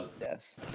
yes